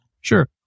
Sure